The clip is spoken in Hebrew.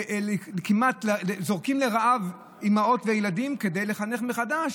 וכמעט זורקים לרעב אימהות וילדים כדי לחנך מחדש.